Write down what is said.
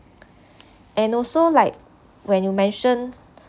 and also like when you mentioned